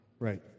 Right